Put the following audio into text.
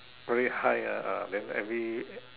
very high ah then every